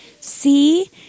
see